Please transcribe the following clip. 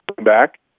back